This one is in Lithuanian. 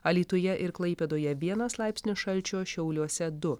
alytuje ir klaipėdoje vienas laipsnis šalčio šiauliuose du